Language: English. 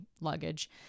luggage